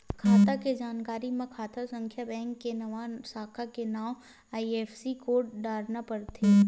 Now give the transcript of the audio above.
खाता के जानकारी म खाता संख्या, बेंक के नांव, साखा के नांव, आई.एफ.एस.सी कोड डारना परथे